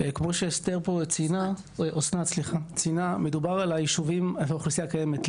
כמו שאסנת ציינה מדובר על האוכלוסייה הקיימת,